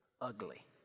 ugly